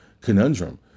conundrum